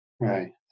Right